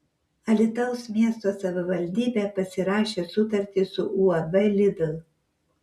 alytaus miesto savivaldybė pasirašė sutartį su uab lidl